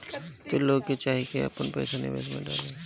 पूंजी खातिर लोग के चाही की आपन पईसा निवेश में डाले